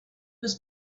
was